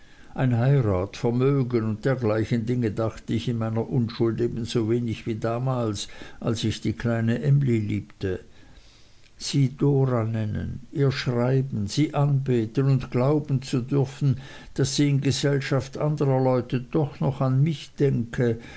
an heirat vermögen und dergleichen dinge dachte ich in meiner unschuld ebenso wenig wie damals als ich die kleine emly liebte sie dora nennen ihr schreiben sie anbeten und glauben zu dürfen daß sie in gesellschaft andrer leute doch noch an mich denke